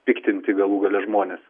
piktinti galų gale žmones